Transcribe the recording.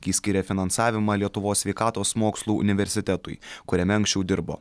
kai skyrė finansavimą lietuvos sveikatos mokslų universitetui kuriame anksčiau dirbo